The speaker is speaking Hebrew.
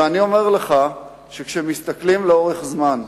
ואני אומר לך שכשמסתכלים לאורך זמן,